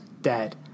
dead